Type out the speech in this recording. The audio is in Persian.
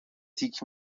تیک